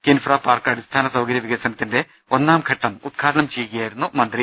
KINFRA park അടിസ്ഥാന സൌകര്യ വികസനത്തിന്റെ ഒന്നാം ഘട്ടം ഉദ്ഘാടനം ചെയ്ത് സംസാരിക്കുകയായിരുന്നു മന്ത്രി